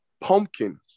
Pumpkin